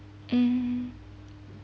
mm